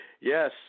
Yes